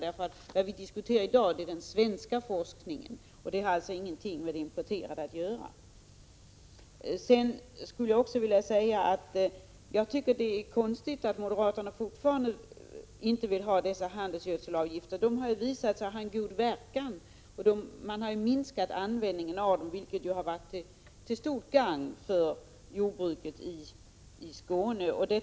Vad vi diskuterar i dag är den svenska forskningen, och det har ingenting med importerade grönsaker att göra. Jag vill också säga: Jag tycker det är konstigt att moderaterna fortfarande inte vill ha dessa handelsgödselsavgifter. De har ju visat sig ge god verkan. Användningen av handelsgödsel har ju minskat, vilket varit till stort gagn för jordbruket i Skåne.